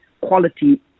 quality